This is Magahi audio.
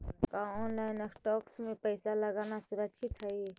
का ऑनलाइन स्टॉक्स में पैसा लगाना सुरक्षित हई